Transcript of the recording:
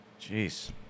Jeez